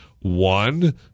One